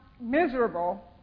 miserable